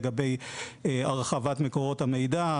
לגבי הרחבת מקורות המידע,